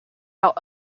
out